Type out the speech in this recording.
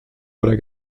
oder